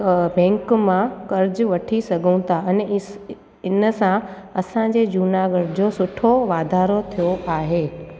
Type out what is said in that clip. back मां कर्ज़ु वठी सघूं था अने इस इन सां असांजे जूनागढ़ जो सुठो वाधारो थियो आहे